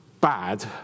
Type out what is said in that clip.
bad